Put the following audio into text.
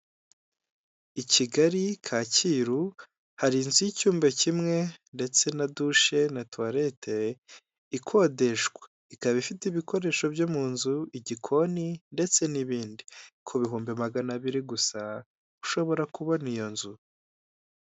I Kigali Kacyiru, hari inzu y'icyumba kimwe ndetse na dushe na tuwalete, ikodeshwa. Ikaba ifite ibikoresho byo mu nzu igikoni ndetse n'ibindi. Ku bihumbi magana abiri gusa, ushobora kubona iyo nzu.